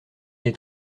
est